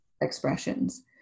expressions